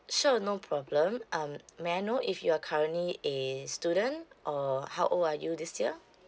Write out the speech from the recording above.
sure no problem um may I know if you're currently a student or how old are you this year